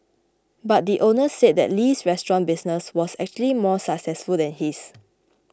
but the owner said that Li's restaurant business was actually more successful than his